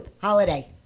holiday